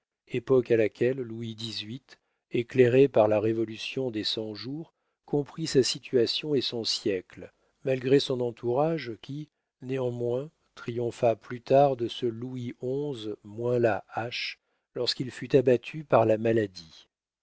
époque à laquelle louis xviii éclairé par la révolution des cent-jours comprit sa situation et son siècle malgré son entourage qui néanmoins triompha plus tard de ce louis xi moins la hache lorsqu'il fut abattu par la maladie